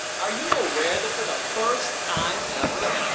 are you aware, that for the first time ever,